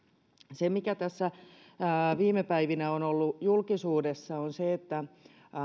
se mikä viime päivinä on ollut julkisuudessa on se että